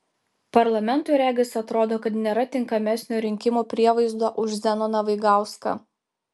parlamentui regis atrodo kad nėra tinkamesnio rinkimų prievaizdo už zenoną vaigauską